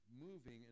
moving